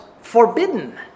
forbidden